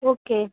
okay